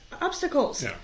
obstacles